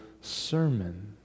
sermon